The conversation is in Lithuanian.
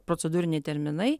procedūriniai terminai